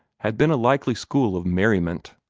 had been a likely school of merriment.